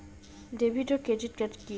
David ও credit card কি?